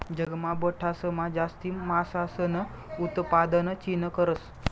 जगमा बठासमा जास्ती मासासनं उतपादन चीन करस